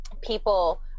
people